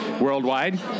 worldwide